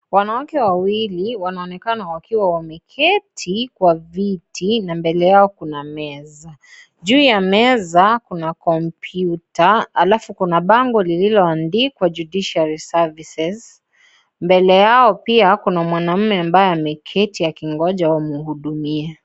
Wanawake wawili wanaonekana wakiwa wameketi kwa viti na mbele yao kuna meza, juu ya meza kuna kompyuta alafu kuna bango lililoandikwa Judiciary sevices mbele yao pia kuna mwanaume ameketi akingoja wamhudumie.